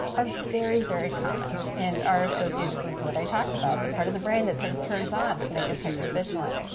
are very, very common and are associated with what i talked about. the part of the brain that sort of turns on to make us hypervigilant.